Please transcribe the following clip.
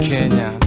Kenya